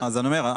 אני אומר,